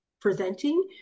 presenting